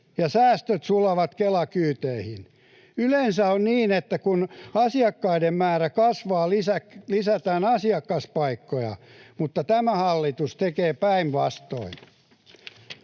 ja säästöt sulavat Kela-kyyteihin. Yleensä on niin, että kun asiakkaiden määrä kasvaa, lisätään asiakaspaikkoja, mutta tämä hallitus tekee päinvastoin.